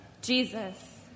Jesus